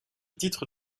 titre